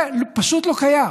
זה פשוט לא קיים.